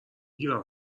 گیرم